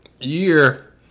year